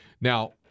Now